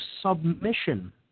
submission